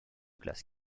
classe